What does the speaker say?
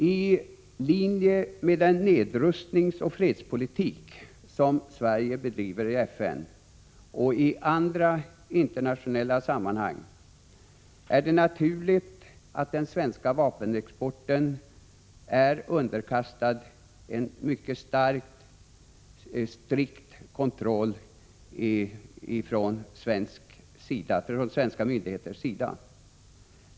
I linje med den nedrustningsoch fredspolitik som Sverige bedriver i FN och i andra internationella sammanhang är det naturligt att den svenska vapenexporten är underkastad en mycket strikt kontroll från svenska myndigheters sida.